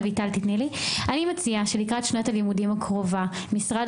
אני מציעה שלקראת שנת הלימודים הקרובה משרד